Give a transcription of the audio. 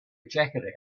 jacket